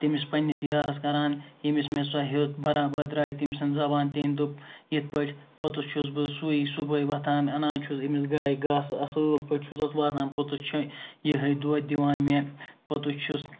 تمِس پَننِس یارَس کَران یٔمِس مےٚ سۄ ہیٚژبَرابَد دراے تمۍ سٕنٛز زَبان تمۍ دوٚپ یِتھ پٲٹھۍ پوٚتُس چھُس بہٕ سُے صبحٲے وۄتھان اَنان چھُس أمِس گایہِ گاسہٕ اَصٕل پٲٹھۍ چھُسَس واتان پوٚتُس چھِ یِہے دۄد دِوان مےٚ پوٚتُس چھُس